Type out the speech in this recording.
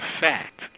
fact